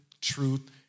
truth